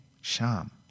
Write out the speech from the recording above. sham